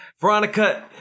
veronica